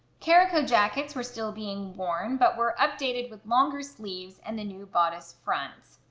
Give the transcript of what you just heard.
caraco jackets were still being worn but were updated with longer sleeves and the new bodice fronts.